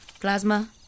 plasma